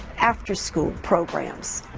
after school programs,